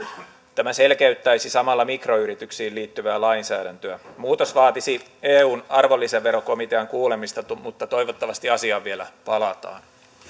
tämä selkeyttäisi samalla mikroyrityksiin liittyvää lainsäädäntöä muutos vaatisi eun arvonlisäverokomitean kuulemista mutta toivottavasti asiaan vielä palataan